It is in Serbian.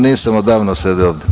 Nisam odavno sedeo ovde.